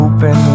Open